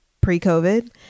pre-COVID